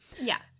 Yes